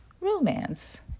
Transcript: romance